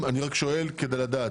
אני שואל כדי לדעת.